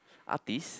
artist